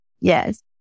Yes